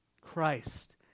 Christ